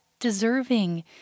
deserving